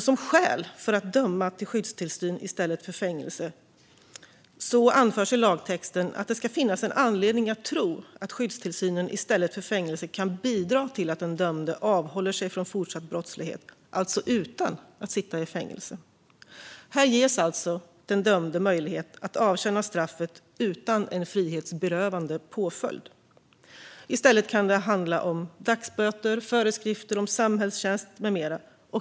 Som skäl för att döma till skyddstillsyn i stället för fängelse anförs i lagtexten att det finns anledning att tro att skyddstillsyn i stället för fängelse kan bidra till att den dömde avhåller sig från fortsatt brottslighet - alltså utan att sitta i fängelse. Här ges alltså den dömde möjlighet att avtjäna straffet utan en frihetsberövande påföljd. I stället kan det handla om dagsböter, föreskrifter om samhällstjänst med mera.